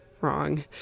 wrong